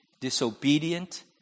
disobedient